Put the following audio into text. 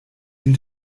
den